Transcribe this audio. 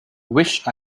wish